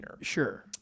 Sure